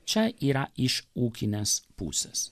čia yra iš ūkinės pusės